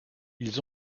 ils